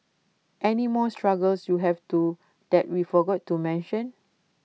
any more struggles you have do that we forgot to mention